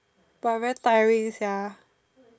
but very tiring ya